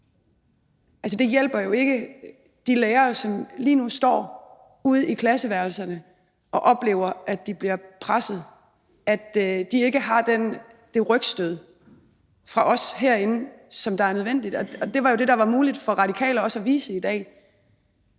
det. Det hjælper jo ikke de lærere, som lige nu står ude i klasseværelserne og oplever, at de bliver presset, at de ikke har det rygstød fra os herinde, som er nødvendigt. Det var jo det, der var muligt for Radikale også at vise i dag.